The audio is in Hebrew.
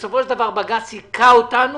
בסופו של דבר בג"ץ הכה אותנו